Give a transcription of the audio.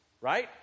right